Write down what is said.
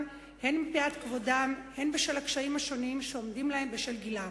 הן מפאת כבודם והן בשל הקשיים השונים שעומדים להם בשל גילם.